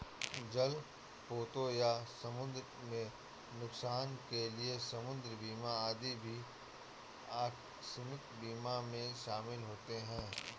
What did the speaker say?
जलपोतों या समुद्र में नुकसान के लिए समुद्र बीमा आदि भी आकस्मिक बीमा में शामिल होते हैं